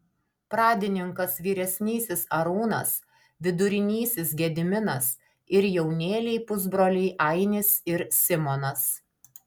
pradininkas vyresnysis arūnas vidurinysis gediminas ir jaunėliai pusbroliai ainis ir simonas